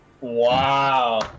Wow